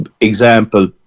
example